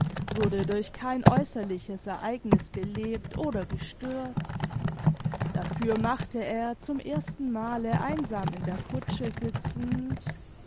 wurde durch kein äußerliches ereigniß belebt oder gestört dafür machte er zum erstenmale einsam in der kutsche sitzend